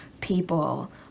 people